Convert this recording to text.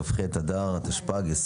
כ"ח באדר התשפ"ג,